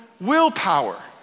willpower